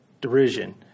derision